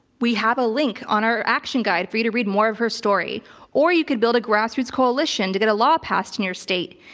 we have a link on our action guide for you to read more of her story or you could build a grassroots coalition to get a law passed in your state.